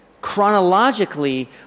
chronologically